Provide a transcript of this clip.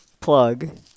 Plug